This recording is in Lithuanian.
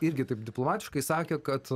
irgi taip diplomatiškai sakė kad